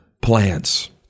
plants